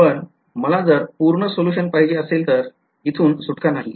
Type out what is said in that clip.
पण मला जर पूर्ण सोल्युशन पाहिजे असेल तर इथून सुटका नाहीये